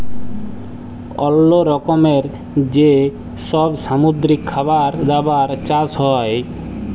অল্লো রকমের যে সব সামুদ্রিক খাবার দাবার চাষ হ্যয়